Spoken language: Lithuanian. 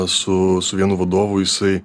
su su vienu vadovu jisai